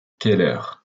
keller